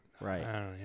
right